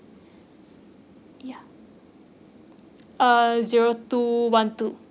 ya uh zero two one two